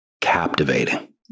captivating